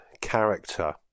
character